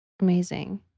Amazing